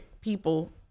people